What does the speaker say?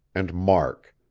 and mark.